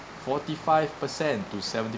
forty five percent to seventy